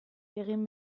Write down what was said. egin